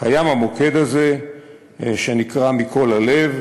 קיים המוקד הזה שנקרא "מקול הלב",